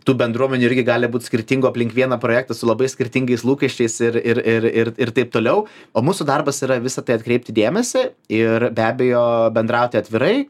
tų bendruomenių irgi gali būt skirtingų aplink vieną projektą su labai skirtingais lūkesčiais ir ir taip toliau o mūsų darbas yra į visa tai atkreipti dėmesį ir be abejo bendrauti atvirai